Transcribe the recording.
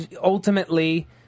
ultimately